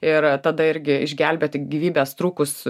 ir tada irgi išgelbėti gyvybės trūkus